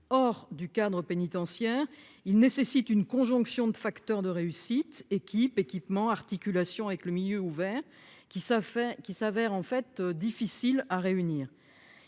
hors du cadre pénitentiaire il nécessite une conjonction de facteurs de réussite équipe équipement articulation avec le milieu ouvert qui ça fait qu'il s'avère en fait difficile à réunir